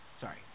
Sorry